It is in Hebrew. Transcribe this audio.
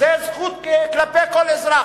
זו זכות כלפי כל אזרח,